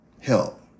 help